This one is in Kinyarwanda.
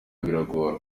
biragora